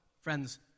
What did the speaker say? friends